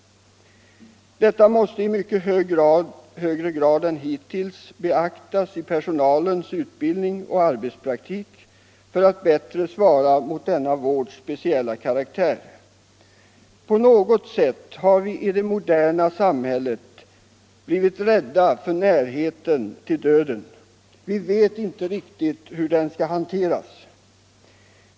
Detta måste i mycket högre grad än hittills beaktas i personalens utbildning och arbetspraktik för att bättre svara mot denna vårds speciella karaktär. På något sätt har vi i det moderna samhället blivit rädda för närheten till döden. Vi vet inte riktigt hur den skall hanteras.